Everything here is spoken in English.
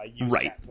Right